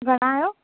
घणा आहियो